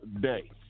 day